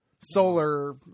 Solar